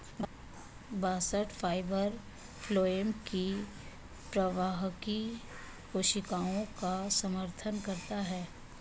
bast fibre phloem की प्रवाहकीय कोशिकाओं का समर्थन करता है